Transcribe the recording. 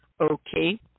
Okay